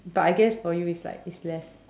but I guess for you it's like it's less